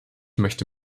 möchte